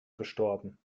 gestorben